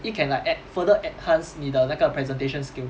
it can like en~ further enhance 你的那个 presentation skill